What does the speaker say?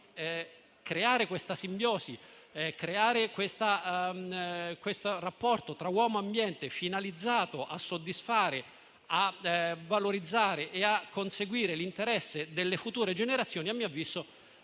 creare questa simbiosi e questo rapporto tra uomo e ambiente, finalizzato a soddisfare, valorizzare e conseguire l'interesse delle future generazioni, a mio avviso